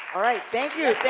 all right, thank you.